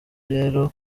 rero